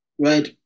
right